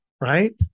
Right